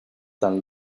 tan